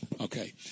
Okay